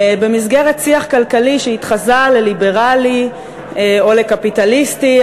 במסגרת שיח כלכלי שהתחזה לליברלי או לקפיטליסטי,